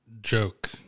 joke